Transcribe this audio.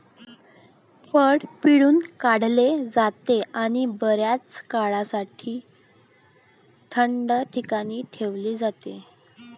फळ पिळून काढले जाते आणि बर्याच काळासाठी थंड ठिकाणी ठेवले जाते